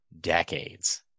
decades